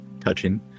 touching